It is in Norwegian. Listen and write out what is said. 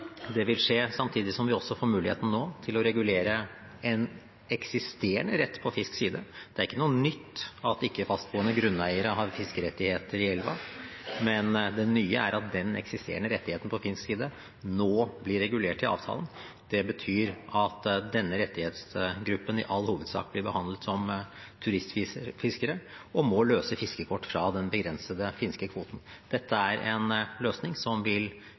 Det vil skje samtidig som vi også får muligheten nå til å regulere en eksisterende rett på finsk side. Det er ikke noe nytt at ikke-fastboende grunneiere har fiskerettigheter i elva, men det nye er at den eksisterende rettigheten på finsk side nå blir regulert i avtalen. Det betyr at denne rettighetsgruppen i all hovedsak blir behandlet som turistfiskere og må løse fiskekort fra den begrensede finske kvoten. Dette er en løsning som vil